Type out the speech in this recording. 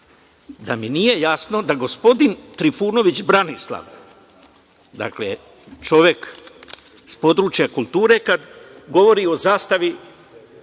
da mi nije jasno da gospodin Trifunović Branislav, dakle, čovek s područja kulture, kada govori i zastavi